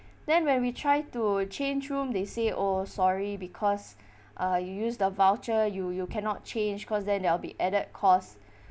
then when we try to change room they say oh sorry because uh you use the voucher you you cannot change because then there will be added costs